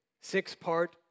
six-part